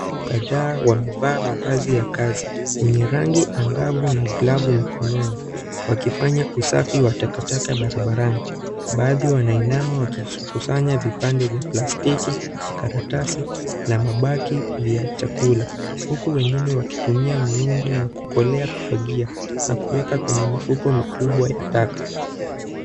Kadhaa wamevaa mavazi ya kazi yenye rangi angavu na glovu mkononi wakifanya usafi wa takataka barabarani, baadhi wanainama wakikusanya vipande vya plastiki , karatasi na mabaki ya chakula huku wengine wakitumia miundu na kukolea kufagia na kuweka kwenye mifuko mikubwa ya taka.